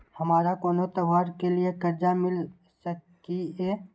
हमारा कोनो त्योहार के लिए कर्जा मिल सकीये?